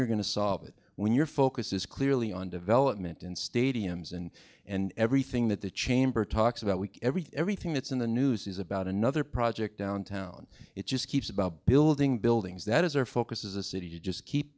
you're going to solve it when your focus is clearly on development in stadiums and and everything that the chamber talks about week every everything that's in the news is about another project downtown it just keeps about building buildings that is our focus as a city just keep